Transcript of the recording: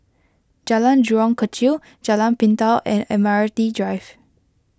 Jalan Jurong Kechil Jalan Pintau and Admiralty Drive